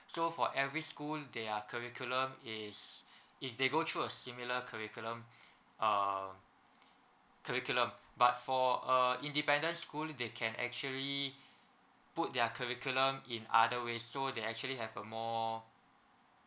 so for every school their curriculum is if they go through a similar curriculum uh curriculum but for uh independent school they can actually put their curriculum in other ways so they actually have a more